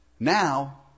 now